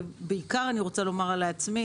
בעיקר אני רוצה לומר לעצמי,